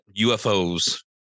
ufos